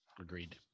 Agreed